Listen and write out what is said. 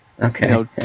Okay